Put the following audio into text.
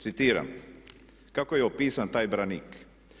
Citiram kako je opisan taj branik.